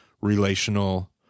relational